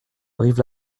brive